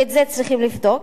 ואת זה צריכים לבדוק,